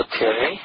Okay